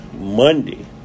monday